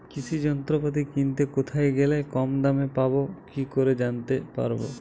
কৃষি যন্ত্রপাতি কিনতে কোথায় গেলে কম দামে পাব কি করে জানতে পারব?